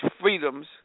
freedoms